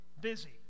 busy